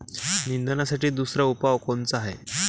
निंदनासाठी दुसरा उपाव कोनचा हाये?